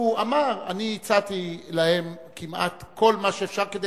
הוא אמר: אני הצעתי להם כמעט כל מה שאפשר כדי